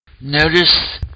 Notice